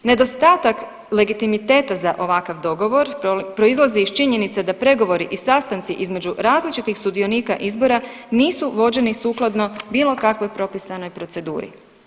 Nedostatak legitimiteta za ovakav dogovor proizlazi iz činjenice da pregovori i sastanci između različitih sudionika izbora nisu vođeni sukladno bilo kakvoj propisanoj proceduri.